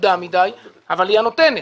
מוקדם מידיי אבל היא הנותנת.